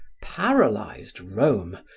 paralyzed rome,